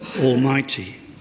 Almighty